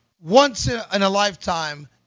once-in-a-lifetime